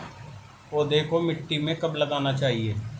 पौधे को मिट्टी में कब लगाना चाहिए?